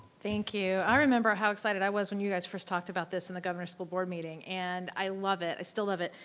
thank you. i remember how excited i was when you guys first talked about this in the governor's school board meeting and i love it, i still love it.